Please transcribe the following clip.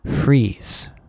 Freeze